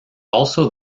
also